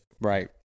Right